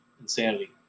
insanity